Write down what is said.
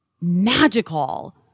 magical